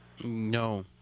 no